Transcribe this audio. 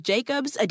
Jacobs